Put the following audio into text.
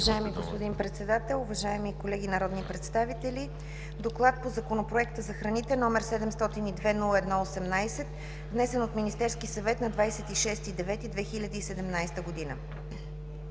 Уважаеми господин Председател, уважаеми колеги народни представители! „ДОКЛАД по Законопроект за храните, № 702-01-18, внесен от Министерски съвет на 26 септември 2017 г.